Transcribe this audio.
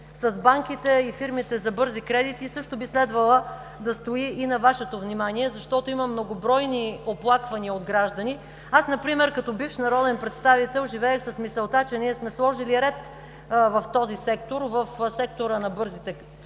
с банките и фирмите за бързи кредити, също би следвало да стои и на Вашето внимание, защото има многобройни оплаквания от граждани. Аз например, като бивш народен представител, живеех с мисълта, че ние сме сложили ред в сектора на бързите кредити.